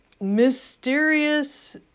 mysterious